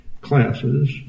classes